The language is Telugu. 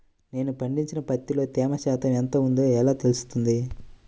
నేను పండించిన పత్తిలో తేమ శాతం ఎంత ఉందో ఎలా తెలుస్తుంది?